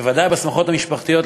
בוודאי בשמחות המשפחתיות,